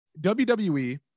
wwe